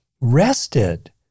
rested